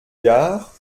gare